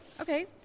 Okay